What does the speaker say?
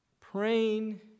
praying